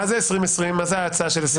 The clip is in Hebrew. מה זה ההצעה של 2020?